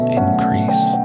increase